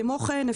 כמו כן,